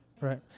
right